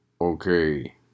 Okay